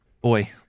Boy